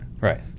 Right